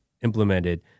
implemented